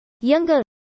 younger